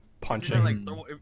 punching